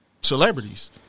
celebrities